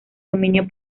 dominio